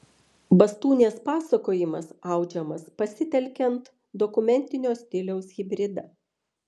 bastūnės pasakojimas audžiamas pasitelkiant dokumentinio stiliaus hibridą